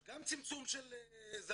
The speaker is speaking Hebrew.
אז גם צמצום של זנים,